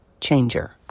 changer